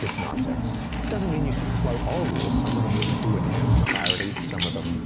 it's nonsense. it doesn't mean you should flaunt all rules. some of them really do enhance clarity. some of them